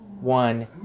one